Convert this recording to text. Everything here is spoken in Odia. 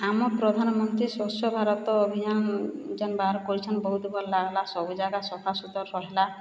ଆମ ପ୍ରଧାନମନ୍ତ୍ରୀ ସ୍ୱଚ୍ଛ ଭାରତ ଅଭିଯାନ ଯେନ୍ ବାହାର କରିଛନ୍ ବହୁତ୍ ଭଲ୍ ଲାଗ୍ଲା ସବୁ ଜାଗା ସଫା ସୁତର ରହେଲା